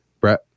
Brett